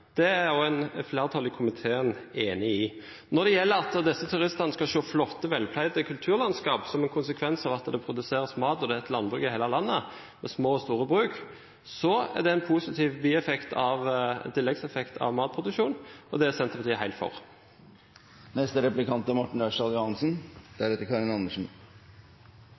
Det er også flertallet i komiteen enig i. Når det gjelder det at disse turistene skal se flotte og velpleide kulturlandskap, som en konsekvens av at det produseres mat, og at det er et landbruk i hele landet, med små og store bruk, er det en positiv tilleggseffekt av matproduksjon, og det er Senterpartiet helt for. Det er